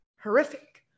horrific